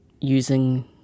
using